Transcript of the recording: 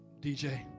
DJ